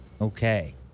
Okay